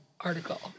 article